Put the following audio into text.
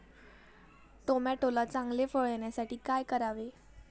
टोमॅटोला चांगले फळ येण्यासाठी काय करावे?